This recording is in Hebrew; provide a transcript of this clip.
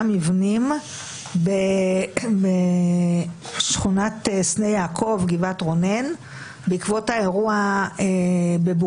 מבנים בשכונת סנה יעקב גבעת רונן בעקבות האירוע בבורין,